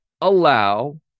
allow